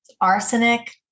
arsenic